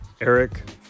Eric